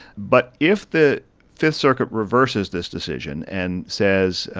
but if the fifth circuit reverses this decision and says,